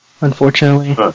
unfortunately